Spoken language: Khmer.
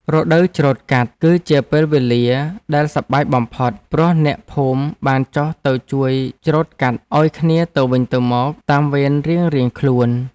រដូវច្រូតកាត់ គឺជាពេលវេលាដែលសប្បាយបំផុត ព្រោះអ្នកភូមិបានចុះទៅជួយច្រូតកាត់ឱ្យគ្នាទៅវិញទៅមកតាមវេនរៀងៗខ្លួន។